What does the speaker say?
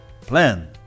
Plan